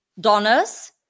donors